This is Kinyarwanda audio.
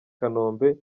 kanombe